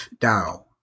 Dao